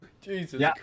Jesus